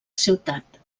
ciutat